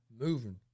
moving